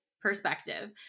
perspective